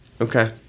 Okay